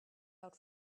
out